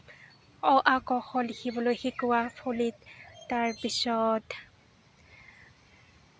অ আ ক খ লিখিবলৈ শিকোৱা ফলিত তাৰপিছত